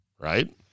right